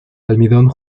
almidón